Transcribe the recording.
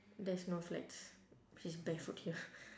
there's no flats she's barefoot here